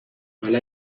hala